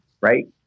right